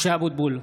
משה אבוטבול,